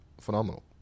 phenomenal